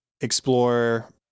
explore